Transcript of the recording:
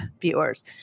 viewers